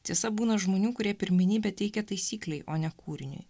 tiesa būna žmonių kurie pirmenybę teikia taisyklei o ne kūriniui